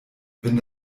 wenn